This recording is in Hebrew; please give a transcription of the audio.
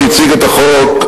כשהציג את החוק,